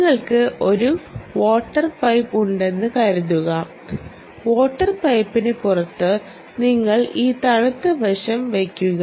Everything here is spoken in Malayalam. നിങ്ങൾക്ക് ഒരു വാട്ടർ പൈപ്പ് ഉണ്ടെന്ന് കരുതുക വാട്ടർ പൈപ്പിന് പുറത്ത് നിങ്ങൾ ഈ തണുത്ത വശം വയ്ക്കുക